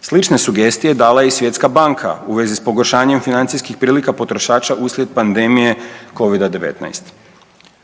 Slične sugestije dala je i Svjetska banka u vezi s pogoršanjem financijskih prilika potrošača uslijed pandemije Covida-19.